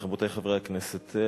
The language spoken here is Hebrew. רבותי חברי הכנסת,